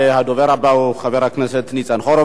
הדובר הבא הוא חבר הכנסת ניצן הורוביץ.